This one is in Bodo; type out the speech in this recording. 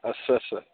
आच्चा चा